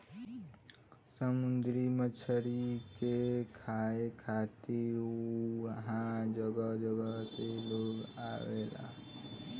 समुंदरी मछरी के खाए खातिर उहाँ जगह जगह से लोग आवेला